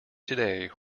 today